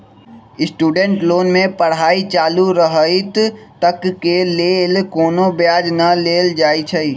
student loan में पढ़ाई चालू रहइत तक के लेल कोनो ब्याज न लेल जाइ छइ